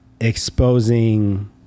exposing